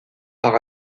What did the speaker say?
par